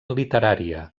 literària